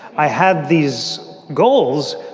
i had these goals,